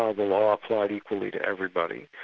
ah the law applied equally to everybody.